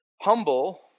humble